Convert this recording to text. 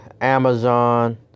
Amazon